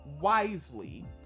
wisely